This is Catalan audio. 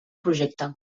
projecte